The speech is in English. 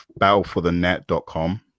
battleforthenet.com